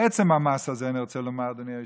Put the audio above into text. לעצם המס הזה אני רוצה לומר, אדוני היושב-ראש,